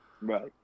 Right